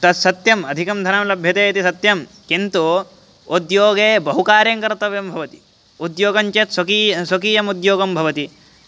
तत्सत्यम् अधिकं धनं लभ्यते इति सत्यं किन्तु उद्योगे बहुकार्यङ्कर्तव्यं भवति उद्योगञ्चेत् स्वकी स्वकीयमुद्योगं भवति